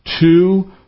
Two